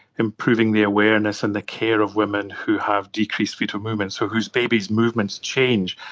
improving the awareness and the care of women who have decreased foetal movement, so whose babies' movement change,